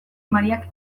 mariak